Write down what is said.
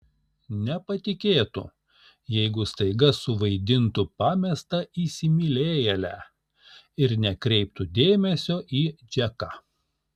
nepatikėtų jeigu staiga suvaidintų pamestą įsimylėjėlę ir nekreiptų dėmesio į džeką